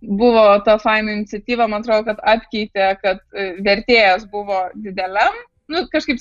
buvo ta faina iniciatyva man atrodo kad apkeitė kad vertėjas buvo dideliam nu kažkaip